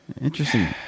interesting